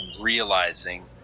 realizing